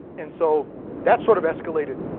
and so that sort of escalated.